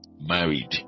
married